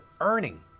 earning